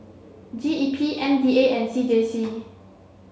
G E P M D A and C J C